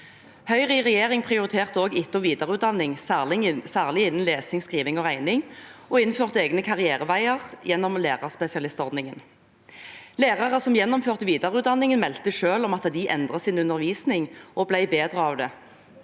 Høyre i regjering prioriterte også etter- og videreutdanning, særlig innen lesing, skriving og regning, og innførte egne karriereveier gjennom lærerspesialistordningen. Lærere som gjennomførte videreutdanningen, meldte selv om at de endret sin undervisning og ble bedre av det.